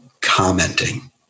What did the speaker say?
commenting